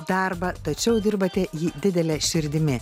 darbą tačiau dirbate jį didele širdimi